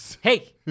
Hey